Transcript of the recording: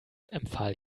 empfahl